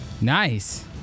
Nice